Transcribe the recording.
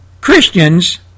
Christians